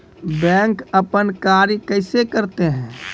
Bank अपन कार्य कैसे करते है?